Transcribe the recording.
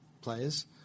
players